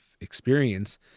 experience